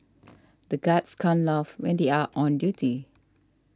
the guards can't laugh when they are on duty